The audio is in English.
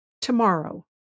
tomorrow